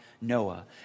Noah